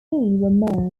were